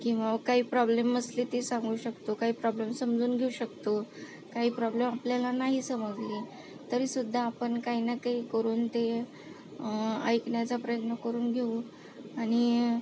किंवा काही प्रॉब्लेम असले ते सांगू शकतो काही प्रॉब्लेम समजून घेऊ शकतो काही प्रॉब्लेम आपल्याला नाही समजले तरीसुद्धा आपण काही ना काही करून ते ऐकण्याचा प्रयत्न करून घेऊ आणि